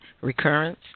Recurrence